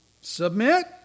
submit